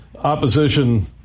Opposition